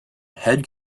head